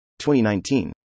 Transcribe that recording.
2019